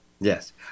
Yes